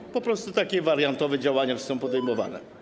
Czy po prostu takie wariantowe działania są podejmowane?